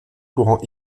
courant